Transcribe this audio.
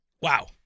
Wow